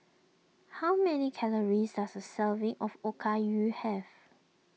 how many calories does a serving of Okayu have